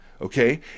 okay